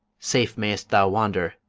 safe mayst thou wander,